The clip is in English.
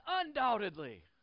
Undoubtedly